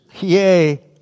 Yay